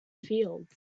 fields